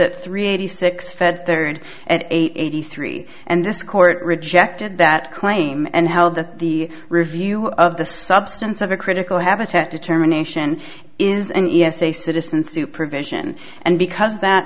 at three eighty six fed there and at eighty three and this court rejected that claim and held that the review of the substance of a critical habitat determination is an e s a citizen supervision and because that